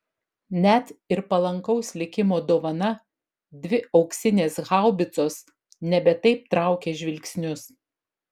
net ir palankaus likimo dovana dvi auksinės haubicos nebe taip traukė žvilgsnius